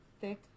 thick